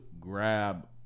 grab